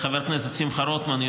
לחבר הכנסת שמחה רוטמן,